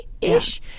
Ish